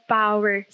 power